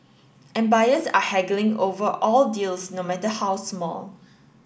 and buyers are haggling over all deals no matter how small